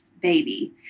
baby